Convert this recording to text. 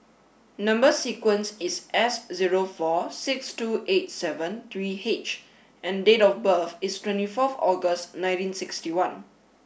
number sequence is S zero four six two eight seven three H and date of birth is twenty four August nineteen sixty one